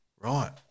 Right